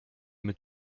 mit